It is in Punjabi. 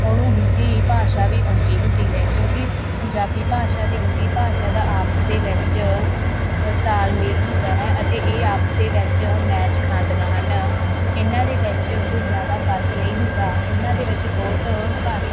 ਉਹਨੂੰ ਹਿੰਦੀ ਭਾਸ਼ਾ ਵੀ ਆਉਂਦੀ ਹੁੰਦੀ ਹੈ ਕਿਉਂਕਿ ਪੰਜਾਬੀ ਭਾਸ਼ਾ ਤੇ ਹਿੰਦੀ ਭਾਸ਼ਾ ਦਾ ਆਪਸ ਦੇ ਵਿੱਚ ਤਾਲਮੇਲ ਹੁੰਦਾ ਹੈ ਅਤੇ ਇਹ ਆਪਸ ਦੇ ਵਿੱਚ ਮੈਚ ਖਾਂਦੀਆਂ ਹਨ ਇਹਨਾਂ ਦੇ ਵਿੱਚ ਕੋਈ ਜ਼ਿਆਦਾ ਫਰਕ ਨਹੀਂ ਹੁੰਦਾ ਇਹਨਾਂ ਦੇ ਵਿੱਚ ਬਹੁਤ ਘੱ